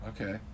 okay